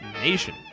nation